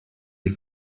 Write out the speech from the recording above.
les